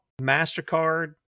MasterCard